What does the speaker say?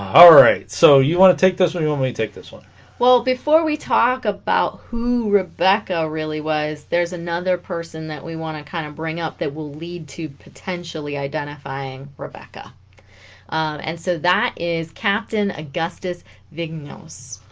ah all right so you want to take this with you when you take this one well before we talk about who rebecca really was there's another person that we want to kind of bring up that will lead to potentially identifying rebecca and so that is captain augustus big-nose